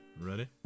Ready